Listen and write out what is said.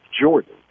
Jordan